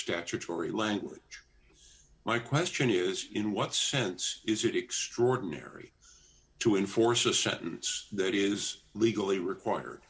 statutory language my question is in what sense is it extraordinary to enforce a sentence that is legally required